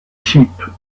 sheep